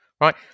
right